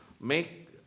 make